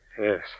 Yes